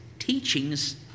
teachings